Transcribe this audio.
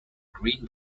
green